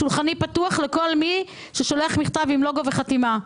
שולחני פתוח לכל מי ששולח מכתב עם לוגו וחתימה.